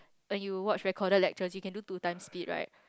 when you watch recorded lecturers you can do two times speed right